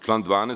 Član 12.